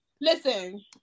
Listen